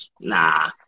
nah